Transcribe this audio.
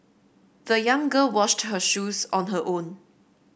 the young girl washed her shoes on her own